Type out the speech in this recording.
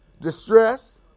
distress